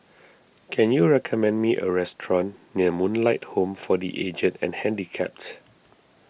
can you recommend me a restaurant near Moonlight Home for the Aged and Handicapped